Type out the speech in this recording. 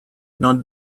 not